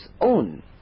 own